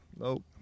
Nope